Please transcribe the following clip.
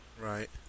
Right